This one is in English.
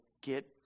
get